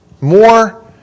more